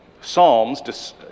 Psalms